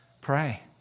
pray